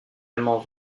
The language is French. allemand